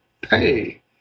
pay